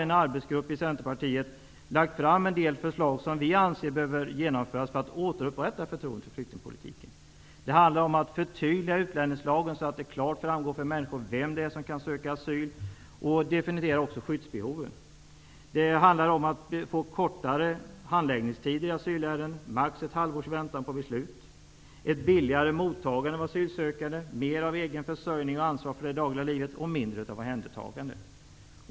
En arbetsgrupp i Centerpartiet har lagt fram en del förslag som vi anser behöver genomföras för att återupprätta förtroendet för flyktingpolitiken. Det handlar om att förtydliga utlänningslagen så att det klart framgår för människor vem det är som kan söka asyl. Det handlar också om att definiera skyddsbehoven. Det handlar om att få till stånd kortare handläggningstider i asylärenden, max ett halvårs väntan på beslut, ett billigare mottagande av asylsökande, mer av egen försörjning och ansvar för det dagliga livet och mindre av omhändertagande.